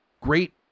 great